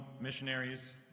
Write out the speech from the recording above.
missionaries